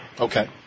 okay